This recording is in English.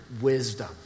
wisdom